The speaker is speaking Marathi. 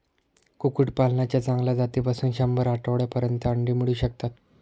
कुक्कुटपालनाच्या चांगल्या जातीपासून शंभर आठवड्यांपर्यंत अंडी मिळू शकतात